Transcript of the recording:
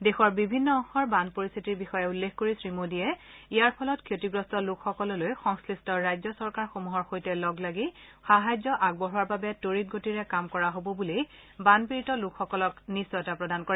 দেশৰ বিভিন্ন অংশৰ বান পৰিস্থিতিৰ বিষয়ে উল্লেখ কৰি শ্ৰীমোদীয়ে ইয়াৰ ফলত ক্ষতিগ্ৰস্ত লোকসকললৈ সংশ্লিষ্ট ৰাজ্য চৰকাৰসমূহৰ সৈতে লগলাগি সাহায্য আগবঢ়োৱাৰ বাবে তড়িৎ গতিৰে কাম কৰা হ'ব বুলি বানপীড়িত লোকসকলক নিশ্চয়তা প্ৰদান কৰে